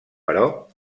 però